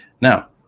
Now